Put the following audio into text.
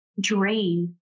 drain